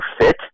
fit